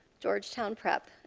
georgetown prep,